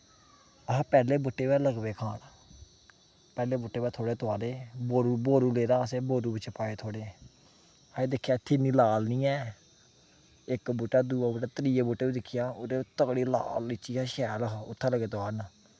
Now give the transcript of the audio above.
अह् पैह्ले बूह्टे पर लगी पे खान पैह्ले बूह्टे पर थोह्ड़े तुआरे बोरू बोरू लेदा असें बोरू बेच्च पाए थोह्ड़े अहें दिक्खेआ इत्थे इन्नी लाला निं ऐ इक बूह्टा दूआ बूह्टा त्रिए बूह्टे पर दिक्खेआ ओह्दे उप्पर तगड़े लाल लीचियां हा शैल हा उत्थै लगे तुआरन